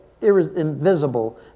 invisible